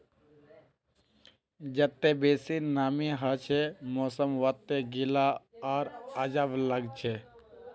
जत्ते बेसी नमीं हछे मौसम वत्ते गीला आर अजब लागछे